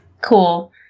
Cool